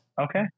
Okay